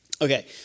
Okay